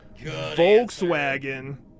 Volkswagen